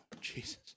Jesus